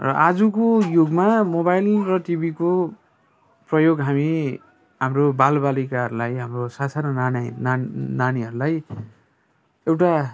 र आजको युगमा मोबाइल र टिभीको प्रयोग हामी हाम्रो बाल बालीकाहरूलाई हाम्रो सान्सानो नानी नानीहरूलाई एउटा